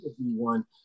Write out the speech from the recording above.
One